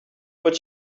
what